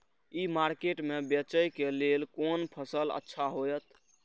ई market में बेचेक लेल कोन फसल अच्छा होयत?